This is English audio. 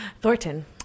Thornton